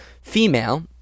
female